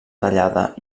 tallada